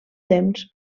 temps